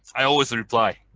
i always reply.